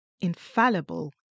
infallible